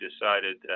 decided